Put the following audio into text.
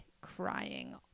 crying